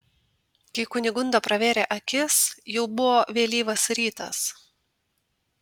kai kunigunda pravėrė akis jau buvo vėlyvas rytas